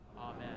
Amen